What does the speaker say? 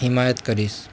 હિમાયત કરીશ